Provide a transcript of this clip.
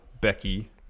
Becky